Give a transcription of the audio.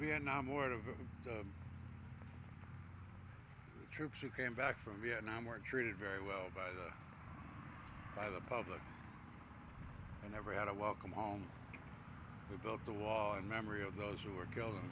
vietnam war and of the troops who came back from vietnam were treated very well by the by the public and never had a welcome home who built the wall in memory of those who were killed in